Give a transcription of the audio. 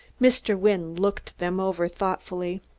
mr. wynne looked them over thoughtfully.